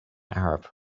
arab